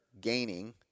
gaining